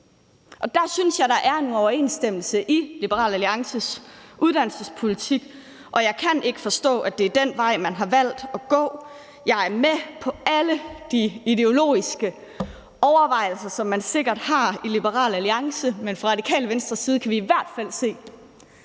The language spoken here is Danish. Der synes jeg at der er en uoverensstemmelse i Liberal Alliances uddannelsespolitik, og jeg kan ikke forstå, at det er den vej, man har valgt at gå. Jeg er med på alle de ideologiske overvejelser, som man sikkert har i Liberal Alliance, men fra Radikale Venstres side kan vi i hvert fald se,